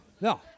No